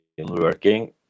working